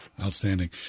Outstanding